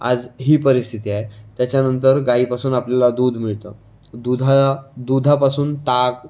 आज ही परिस्थिती आहे त्याच्यानंतर गायीपासून आपल्याला दूध मिळतं दुधा दुधापासून ताक